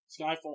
Skyfall